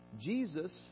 jesus